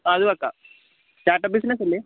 ആ അത് വെക്കാം സ്റ്റാർട്ടപ്പ് ബിസിനസ്സ് അല്ലെ